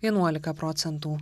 vienuolika procentų